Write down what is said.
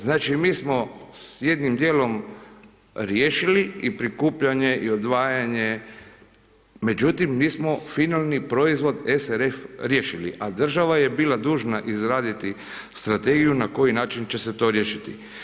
Znači, mi smo s jednim dijelom riješili i prikupljanje i odvajanje, međutim, mi smo finalni proizvod SRF riješili, a država je bila dužna izraditi strategiju na koji način će se to riješiti.